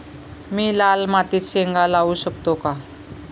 मी लाल मातीत शेंगा लावू शकतो का?